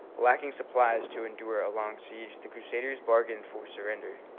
lacking supplies to endure a long siege the crusaders bargained for surrender